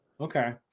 Okay